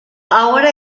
ahora